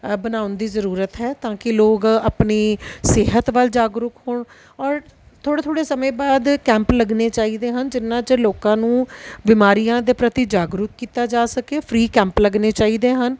ਬਣਾਉਣ ਦੀ ਜ਼ਰੂਰਤ ਹੈ ਤਾਂ ਕਿ ਲੋਕ ਆਪਣੀ ਸਿਹਤ ਵੱਲ ਜਾਗਰੂਕ ਹੋਣ ਔਰ ਥੋੜ੍ਹੇ ਥੋੜ੍ਹੇ ਸਮੇਂ ਬਾਅਦ ਕੈਂਪ ਲੱਗਣੇ ਚਾਹੀਦੇ ਹਨ ਜਿਨ੍ਹਾਂ 'ਚ ਲੋਕਾਂ ਨੂੰ ਬਿਮਾਰੀਆਂ ਦੇ ਪ੍ਰਤੀ ਜਾਗਰੂਕ ਕੀਤਾ ਜਾ ਸਕੇ ਫ੍ਰੀ ਕੈਂਪ ਲੱਗਣੇ ਚਾਹੀਦੇ ਹਨ